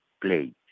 play